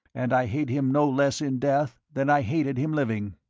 and i hate him no less in death than i hated him living.